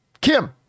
Kim